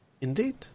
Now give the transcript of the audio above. Indeed